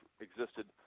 existed